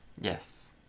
Yes